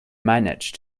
manage